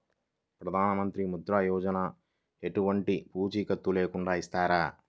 ప్రధానమంత్రి ముద్ర యోజన ఎలాంటి పూసికత్తు లేకుండా ఇస్తారా?